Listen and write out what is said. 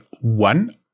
One